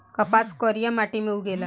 कपास करिया माटी मे उगेला